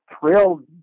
thrilled